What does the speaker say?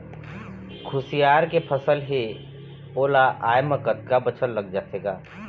खुसियार के फसल हे ओ ला आय म कतका बछर लग जाथे गा?